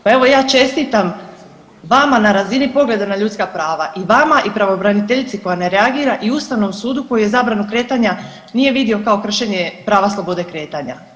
Pa evo ja čestitam vama na razini pogleda na ljudska prava i vama i pravobraniteljici koja ne reagira i Ustavom sudu koji je zabranu kretanja nije vidio kao kršenje prava slobode kretanja.